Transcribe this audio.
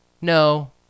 no